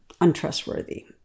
untrustworthy